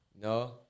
No